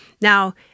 Now